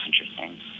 interesting